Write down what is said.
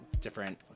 different